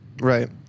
Right